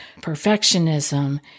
perfectionism